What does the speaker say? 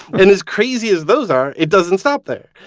and as crazy as those are, it doesn't stop there.